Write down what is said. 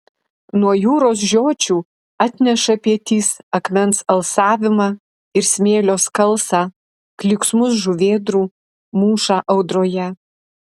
nuo jūros žiočių atneša pietys akmens alsavimą ir smėlio skalsą klyksmus žuvėdrų mūšą audroje